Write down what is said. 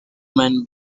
men